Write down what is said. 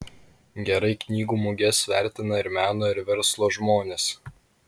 gerai knygų muges vertina ir meno ir verslo žmonės